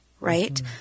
Right